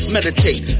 Meditate